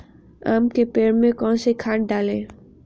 आम के पेड़ में कौन सी खाद डालें?